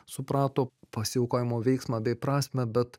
suprato pasiaukojimo veiksmą bei prasmę bet